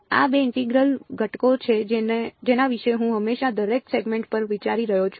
આ બે ઇન્ટેગ્રલ ઘટકો છે જેના વિશે હું હંમેશા દરેક સેગમેન્ટ પર વિચારી રહ્યો છું